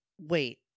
wait